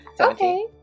Okay